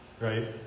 right